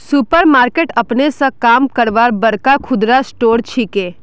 super market अपने स काम करवार बड़का खुदरा स्टोर छिके